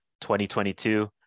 2022